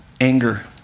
anger